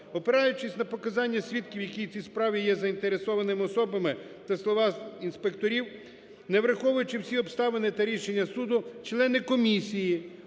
Опираючись на показання свідків, які в цій справі є заінтересованими особами та слова інспекторі, не враховуючи всі обставини та рішення суду, члени комісії